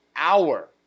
hour